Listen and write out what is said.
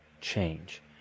change